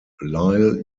lyle